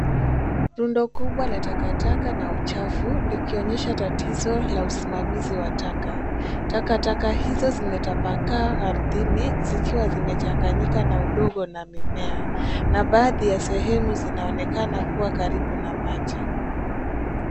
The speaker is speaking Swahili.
Rundo kubwa la takataka na uchafu likionyesha tatizo la usimamizi wa taka. Takataka hizo zimetapakaa ardhini zikiwa zimechanganyika na udongo na mimea na baadhi ya sehemu zinaonekana kuwa karibu na maji.